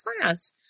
class